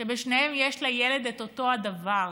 שבשניהם יש לילד את אותו הדבר.